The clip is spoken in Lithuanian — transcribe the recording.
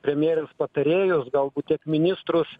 premjerės patarėjus galbūt tiek ministrus